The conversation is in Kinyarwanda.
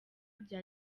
bya